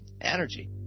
energy